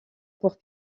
pour